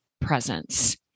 presence